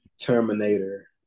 Terminator